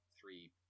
three